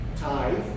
tithe